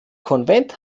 konvent